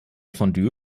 fondue